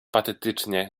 patetycznie